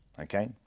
okay